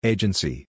Agency